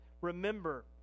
Remember